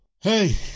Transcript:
Hey